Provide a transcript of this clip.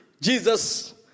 Jesus